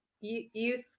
youth